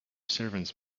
servants